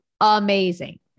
amazing